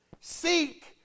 Seek